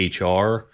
HR